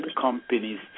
companies